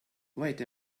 wait